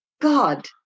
god